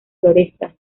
floresta